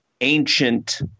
ancient